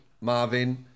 Marvin